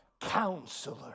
counselor